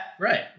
right